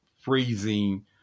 freezing